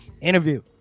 interview